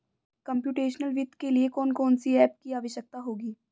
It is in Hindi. कंप्युटेशनल वित्त के लिए कौन कौन सी एप की आवश्यकता होगी?